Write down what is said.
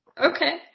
Okay